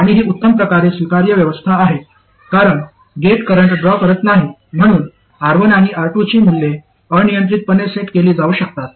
आणि ही उत्तम प्रकारे स्वीकार्य व्यवस्था आहे कारण गेट करंट ड्रॉ करत नाही म्हणून R1 आणि R2 ची मूल्ये अनियंत्रितपणे सेट केली जाऊ शकतात